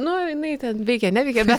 nu jinai ten veikė neveikė be